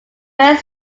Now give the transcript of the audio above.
band